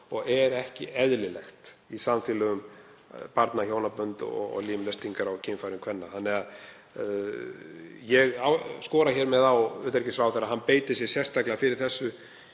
og sé ekki eðlilegt í samfélögum, barnahjónabönd og limlestingar á kynfærum kvenna. Ég skora hér með á utanríkisráðherra að hann beiti sér sérstaklega fyrir þessu